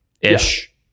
Ish